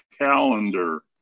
calendar